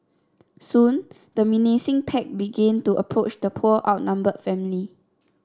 soon the menacing pack began to approach the poor outnumbered family